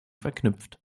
verknüpft